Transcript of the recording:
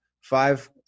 five